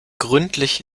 gründlich